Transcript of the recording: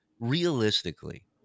realistically